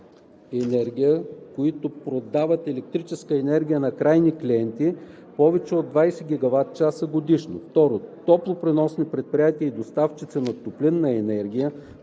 енергия“, които продават електрическа енергия на крайни клиенти повече от 20 GWh годишно; 2. топлопреносни предприятия и доставчици на топлинна енергия,